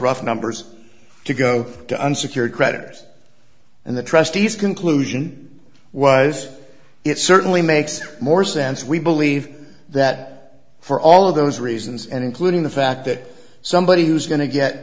rough numbers to go to unsecured creditors and the trustees conclusion was it certainly makes more sense we believe that for all of those reasons and including the fact that somebody who's go